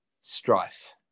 strife